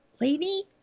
lady